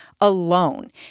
alone